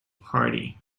party